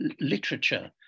literature